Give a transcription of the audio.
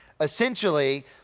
Essentially